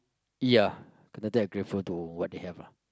ya but then they're grateful to what they have lah